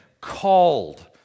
Called